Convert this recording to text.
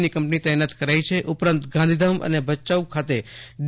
ની કંપની તૈનાત કરાઇ છે ઉપરાંત ગાંધીધામ અને ભચાઉ ખાતે ડી